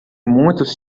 muitos